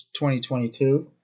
2022